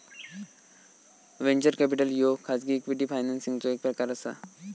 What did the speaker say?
venture capital ह्यो खाजगी equity फायनान्सिंगचो एक प्रकार असा